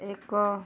ଏକ